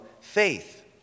faith